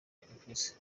prof